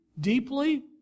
deeply